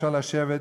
אפשר לשבת,